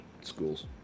schools